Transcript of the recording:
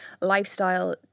lifestyle